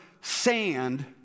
sand